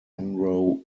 monroe